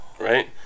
Right